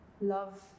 love